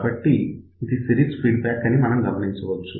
కాబట్టి ఇది series feedback అని మనం గమనించవచ్చు